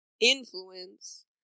influence